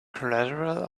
collateral